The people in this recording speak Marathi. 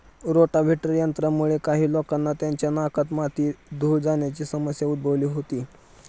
रोटाव्हेटर यंत्रामुळे काही लोकांना त्यांच्या नाकात माती, धूळ जाण्याची समस्या उद्भवली होती